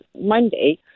Monday